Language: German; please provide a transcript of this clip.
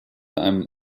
einem